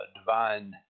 divine